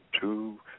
two